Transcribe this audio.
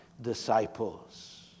disciples